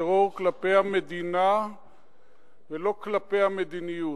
בטרור כלפי המדינה לא כלפי המדיניות,